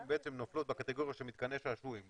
בעצם נופלות בקטגוריה של מתקני שעשועים,